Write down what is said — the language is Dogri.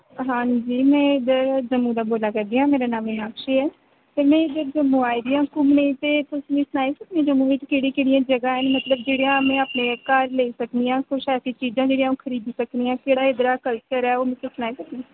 हांजी में इद्धर जम्मू दा बोला करदी आं मेरा नांऽ मीनाक्षी ऐ ते में इद्धर जम्मू आई दी आं घूमने गी ते तुस मीं सनाई सकने जम्मू च केह्डियां केह्डियां जगहां न मतलब जेह्डियां में अपने घर लेई सकनी आं कुछ ऐसियां चीजां जेह्डियां अ'ऊं खरीदी सकनी आं जेह्ड़ा इद्धरा दा कलचर ऐ ओह् तुस मिकी सनाई सकने ओ